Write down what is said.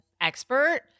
expert